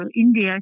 India